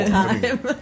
time